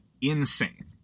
insane